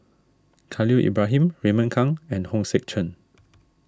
Khalil Ibrahim Raymond Kang and Hong Sek Chern